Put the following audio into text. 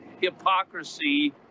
hypocrisy